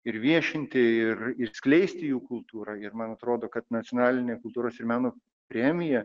ir viešinti ir ir skleisti jų kultūrą ir man atrodo kad nacionalinė kultūros ir meno premija